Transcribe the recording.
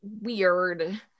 weird